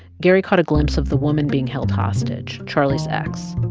gary caught a glimpse of the woman being held hostage, charlie's ex.